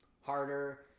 harder